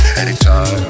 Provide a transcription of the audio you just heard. anytime